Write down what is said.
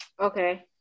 Okay